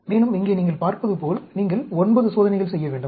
மேலும் இங்கே நீங்கள் பார்ப்பதுபோல் நீங்கள் 9 சோதனைகள் செய்ய வேண்டும்